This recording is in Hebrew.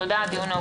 תודה, הדיון נעול.